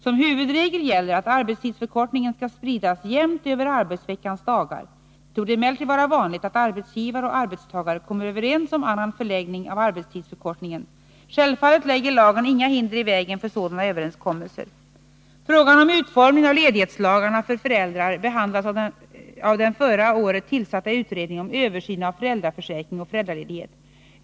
Som huvudregel gäller att arbetstidsförkortningen skall spridas jämnt över arbetsveckans dagar. Det torde emellertid vara vanligt att arbetsgivare och arbetstagare kommer överens om annan förläggning av arbetstidsförkortningen. Självfallet lägger lagen inga hinder i vägen för sådana överenskommelser. Frågan om utformningen av ledighetsreglerna för föräldrar behandlas av den förra året tillsatta utredningen om översyn av föräldraförsäkring och föräldraledighet.